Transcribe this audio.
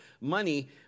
money